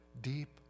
deep